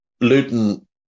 Luton